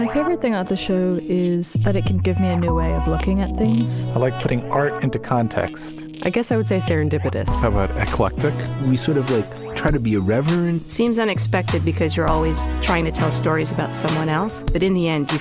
and favorite thing on the show is that but it can give me a new way of looking at things like putting art into context. i guess i would say serendipitous, eclectic. we sort of try to be irreverent seems unexpected because you're always trying to tell stories about someone else. but in the end,